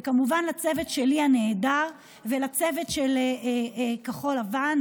וכמובן לצוות הנהדר שלי ולצוות של כחול לבן,